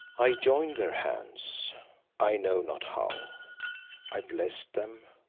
i joined their hands i know not how i blessed them,